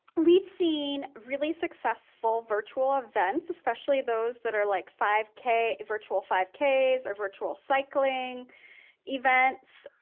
we've seen really successful virtual events, especially those that are like five k virtual five k, or virtual cycling events